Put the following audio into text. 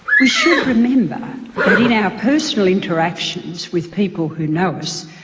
we should remember that in our personal interactions with people who know us,